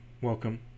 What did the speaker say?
welcome